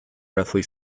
roughly